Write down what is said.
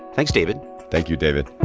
thanks, david thank you, david